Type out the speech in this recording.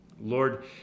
Lord